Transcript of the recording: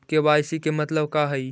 KYC के मतलब का हई?